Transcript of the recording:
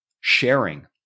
sharing